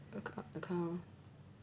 acc~ account